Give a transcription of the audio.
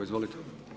Izvolite.